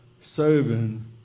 serving